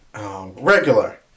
regular